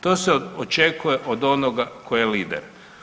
To se očekuje od onoga tko je lider.